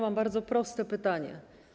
Mam bardzo proste pytanie.